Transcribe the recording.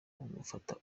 amufata